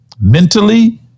mentally